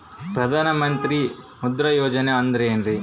ಪ್ರಧಾನ ಮಂತ್ರಿ ಮುದ್ರಾ ಯೋಜನೆ ಅಂದ್ರೆ ಏನ್ರಿ?